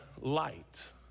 light